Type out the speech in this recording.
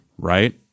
Right